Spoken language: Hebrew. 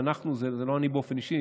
ו"אנחנו" זה לא אני באופן אישי,